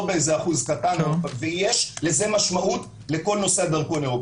באיזה אחוז קטן ויש לזה משמעות לכל נושא הדרכון הירוק.